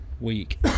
Week